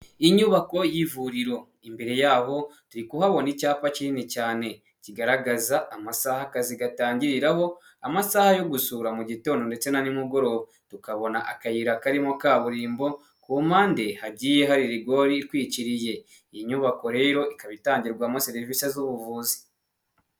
Inyubako y'ivuriro imbere yaboho turikuhabona icyapa kinini cyane kigaragaza amasaha akazi gatangiriraho, amasaha yo gusura mu gitondo ndetse na nimugoroba, tukabona akayira karimo kaburimbo ku mpande hagiye haririgori itwikiriye, iyi nyubako rero ikaba itangirwamo serivisi z'ubuvuzi.